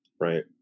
right